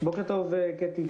חברת הכנסת קטי,